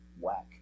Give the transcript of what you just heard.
Whack